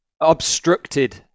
obstructed